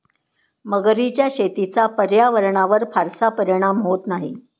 मगरीच्या शेतीचा पर्यावरणावर फारसा परिणाम होत नाही